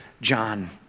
John